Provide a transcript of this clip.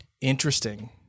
Interesting